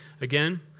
Again